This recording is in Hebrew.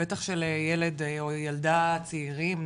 בטח שלילד או ילדה צעירים,